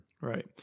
Right